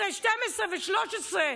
אומרת לי: תלכי לערוצי הבית שלך, 11, 12 ו-13.